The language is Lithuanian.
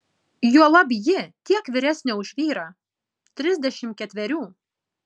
juolab ji tiek vyresnė už vyrą trisdešimt ketverių